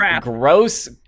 gross